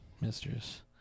Mistress